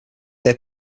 have